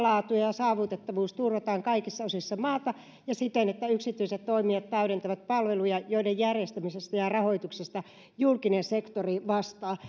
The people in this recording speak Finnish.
laatu ja saavutettavuus turvataan kaikissa osissa maata ja siten että yksityiset toimijat täydentävät palveluja joiden järjestämisestä ja ja rahoituksesta julkinen sektori vastaa